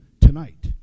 tonight